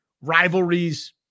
rivalries